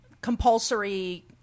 compulsory